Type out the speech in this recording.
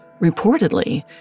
Reportedly